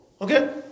Okay